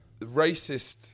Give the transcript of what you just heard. racist